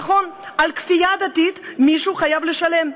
נכון, על כפייה דתית מישהו חייב לשלם.